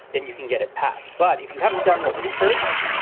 then you can get it passed. but if you haven't done the research,